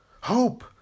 Hope